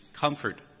comfort